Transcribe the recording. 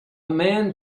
man